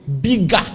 bigger